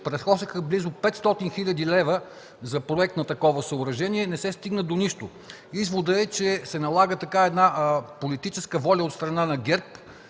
прахосаха близо 500 хил. лв. за проект на такова съоръжение и не се стигна до нищо. Изводът е, че се налага политическа воля от страна на ГЕРБ